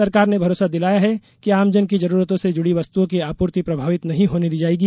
सरकार ने भरोसा दिलाया है कि आमजन की जरूरतों से जुड़ी वस्तुओं की आपूर्ति प्रभावित नहीं होने दी जाएगी